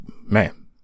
man